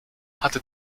hatte